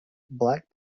black